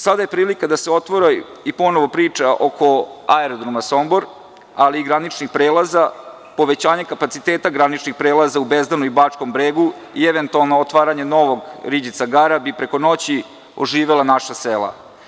Sada je prilika da se ponovo priča i oko Aerodroma Sombor, ali i graničnih prelaza, povećanja kapaciteta graničnih prelaza u Bezdanu i Bačkom Bregu i eventualno otvaranje novog Riđica i Gara bi preko noći oživela naša sela.